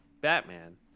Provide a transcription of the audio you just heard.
batman